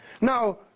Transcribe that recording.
Now